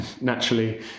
naturally